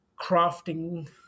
crafting